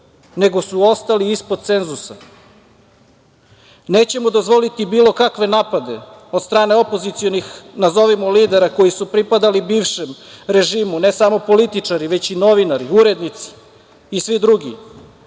nego su ostali ispod cenzusa. Nećemo dozvoliti bilo kakve napade od strane opozicionih, nazovimo lidera koji su pripadali bivšem režimu, ne samo političari, već i novinari, urednici i svi drugi.